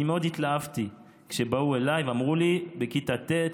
ואני מאוד התלהבתי כשבאו אליי ואמרו לי: בכיתה ט'